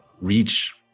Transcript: reach